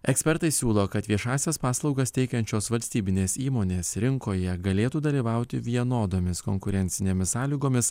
ekspertai siūlo kad viešąsias paslaugas teikiančios valstybinės įmonės rinkoje galėtų dalyvauti vienodomis konkurencinėmis sąlygomis